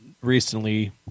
recently